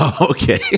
Okay